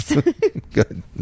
Good